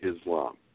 Islam